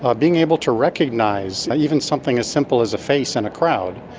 ah being able to recognise even something as simple as a face in a crowd.